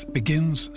begins